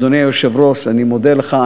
אדוני היושב-ראש, אני מודה לך.